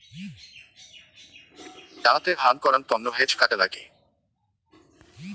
ডাঙাতে হান করাং তন্ন হেজ কাটা লাগি